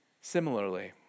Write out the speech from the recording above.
similarly